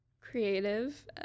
creative